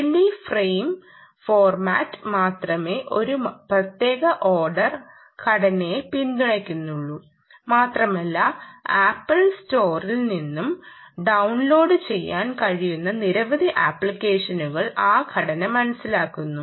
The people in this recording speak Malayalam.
BLE ഫ്രെയിം ഫോർമാറ്റ് മാത്രമേ ഒരു പ്രത്യേക ഓർഡർ ഘടനയെ പിന്തുടരുകയുള്ളൂ മാത്രമല്ല ആപ്പിൾ സ്റ്റോറിൽ നിന്നും ഡൌൺലോഡുചെയ്യാൻ കഴിയുന്ന നിരവധി ആപ്ലിക്കേഷനുകൾ ആ ഘടന മനസ്സിലാക്കുന്നു